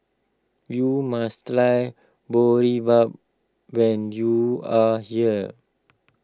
you must try Boribap when you are here